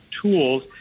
tools